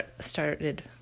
started